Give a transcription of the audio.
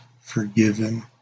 forgiven